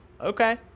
Okay